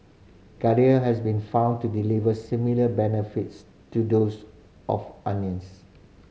garlic has been found to deliver similar benefits to those of onions